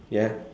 ya